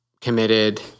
committed